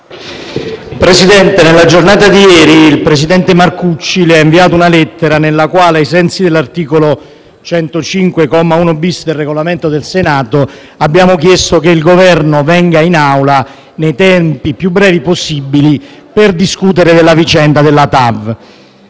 Presidente, nella giornata di ieri il presidente Marcucci le ha inviato una lettera nella quale, ai sensi dell'articolo 105, comma 1-*bis*, del Regolamento del Senato, abbiamo chiesto che il Governo venga in Aula, nei tempi più brevi possibili, per discutere della vicenda della TAV.